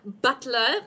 butler